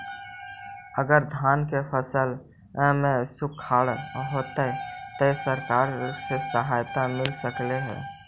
अगर धान के फ़सल में सुखाड़ होजितै त सरकार से सहायता मिल सके हे?